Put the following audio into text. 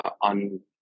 on